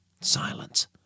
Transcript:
Silence